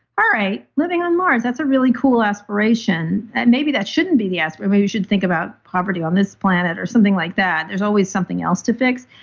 all right, living on mars, that's a really cool aspiration. and maybe that shouldn't be the aspiration, but you should think about poverty on this planet or something like that. there's always something else to fix,